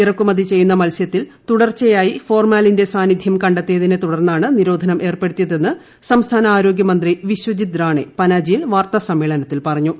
ഇറക്കുമതി ചെയ്യുന്ന മത്സ്യത്തിൽ തുടർച്ചയായി ഫോർമാലിന്റെ സാന്നിദ്ധ്യം കണ്ടെത്തിയതിനെ തുടർന്നാണ് നിരോധനം ഏർപ്പെടുത്തിയതെന്ന് സംസ്ഥാന ആരോഗ്യമന്ത്രി വിശ്വജിത് റാണെ പനാജിയിൽ വാർത്താ സമ്മേളനത്തിൽ പറഞ്ഞു